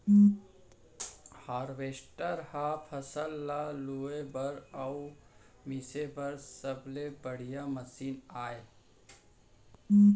harvester ह फसल ल लूए बर अउ मिसे बर सबले बड़िहा मसीन आय